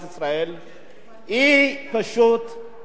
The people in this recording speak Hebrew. היא פשוט מרקיעה שחקים.